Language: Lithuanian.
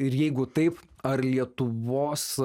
ir jeigu taip ar lietuvos